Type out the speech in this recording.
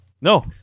No